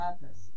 purpose